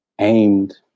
aimed